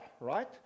right